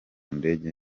ndege